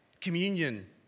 Communion